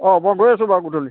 অঁ মই গৈ আছো বাৰু গধূলি